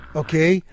okay